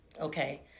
okay